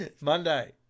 Monday